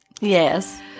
Yes